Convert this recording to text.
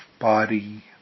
body